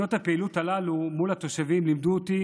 שנות הפעילות הללו מול התושבים לימדו אותי